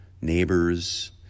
neighbors